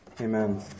Amen